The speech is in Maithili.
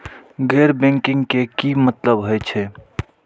गैर बैंकिंग के की मतलब हे छे?